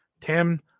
Tim